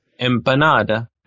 empanada